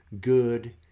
good